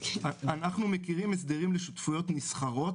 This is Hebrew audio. אנחנו מכירים הסדרים לשותפויות נסחרות,